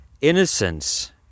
innocence